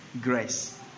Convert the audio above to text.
grace